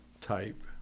type